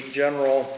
general